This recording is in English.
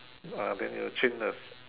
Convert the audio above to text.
uh then will change the